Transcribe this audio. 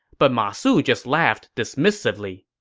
but ma su just laughed dismissively.